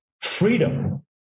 freedom